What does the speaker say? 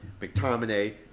McTominay